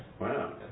Wow